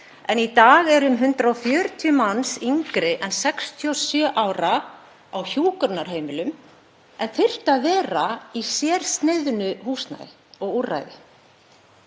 Í dag eru um 140 manns yngri en 67 ára á hjúkrunarheimilum en þyrftu að vera í sérsniðnu húsnæði og úrræði.